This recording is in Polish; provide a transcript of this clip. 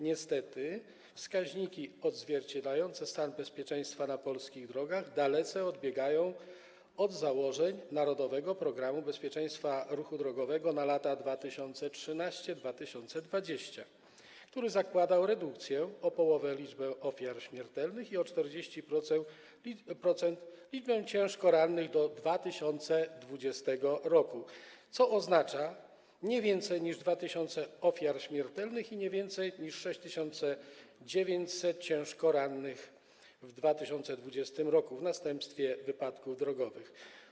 Niestety wskaźniki odzwierciedlające stan bezpieczeństwa na polskich drogach dalece odbiegają od założeń „Narodowego programu bezpieczeństwa ruchu drogowego 2013-2020”, który zakładał redukcję o połowę liczby ofiar śmiertelnych i o 40% liczby ciężko rannych do 2020 r., co oznacza nie więcej niż 2 tys. ofiar śmiertelnych i nie więcej niż 6900 ciężko rannych w 2020 r. w następstwie wypadków drogowych.